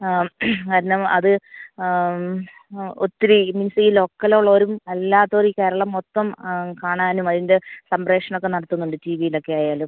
ആ കാരണം അത് ഒത്തിരി മീൻസ് ഈ ലോക്കൽ ഉള്ളവരും അല്ലാത്തവർ ഈ കേരളം മൊത്തം കാണാനും അതിൻ്റെ സംപ്രേഷണം ഒക്കെ നടത്തുന്നുണ്ട് ടി വിയിലൊക്കെ ആയാലും